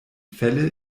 fälle